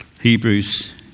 Hebrews